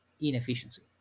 inefficiency